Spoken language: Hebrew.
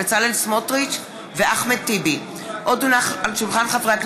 בצלאל סמוטריץ ואחמד טיבי בנושא: מפעל פניציה בירוחם בסכנת סגירה.